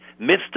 Mr